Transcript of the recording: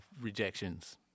rejections